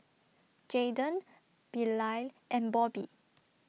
Jaden Bilal and Bobbie